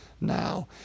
now